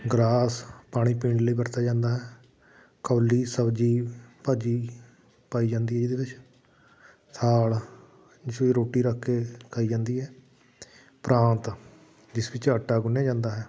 ਗਰਾਸ ਪਾਣੀ ਪੀਣ ਲਈ ਵਰਤਿਆ ਜਾਂਦਾ ਹੈ ਕੌਲੀ ਸਬਜ਼ੀ ਭਾਜੀ ਪਾਈ ਜਾਂਦੀ ਹੈ ਇਹਦੇ ਵਿੱਚ ਥਾਲ ਜਿਸ ਵਿੱਚ ਰੋਟੀ ਰੱਖ ਕੇ ਖਾਧੀ ਜਾਂਦੀ ਹੈ ਪ੍ਰਾਂਤ ਜਿਸ ਵਿੱਚ ਆਟਾ ਗੁੰਨਿਆ ਜਾਂਦਾ ਹੈ